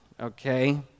okay